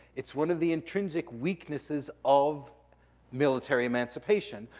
it's one of the intrinsic weaknesses of military emancipation,